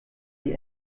die